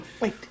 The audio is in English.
wait